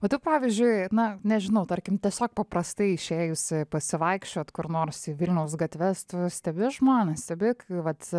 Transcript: o tu pavyzdžiui na nežinau tarkim tiesiog paprastai išėjusi pasivaikščiot kur nors į vilniaus gatves tu stebi žmones stebi vat